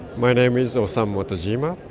my name is osaumu motojima.